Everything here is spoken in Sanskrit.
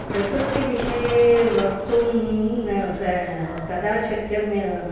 प्रकृतिविषये वक्तुं का कदा शक्यम्